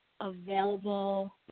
available